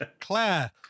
Claire